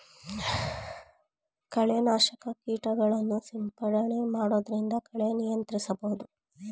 ಕಳೆ ನಾಶಕ ಕೀಟನಾಶಕಗಳನ್ನು ಸಿಂಪಡಣೆ ಮಾಡೊದ್ರಿಂದ ಕಳೆ ನಿಯಂತ್ರಿಸಬಹುದು